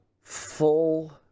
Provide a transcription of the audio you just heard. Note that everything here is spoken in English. full